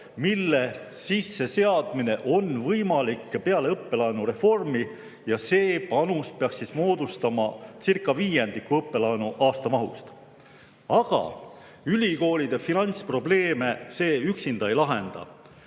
mille sisseseadmine on võimalik peale õppelaenureformi, ja see panus peaks moodustamacircaviiendiku õppelaenu aastamahust. Aga ülikoolide finantsprobleeme see üksinda ei lahenda.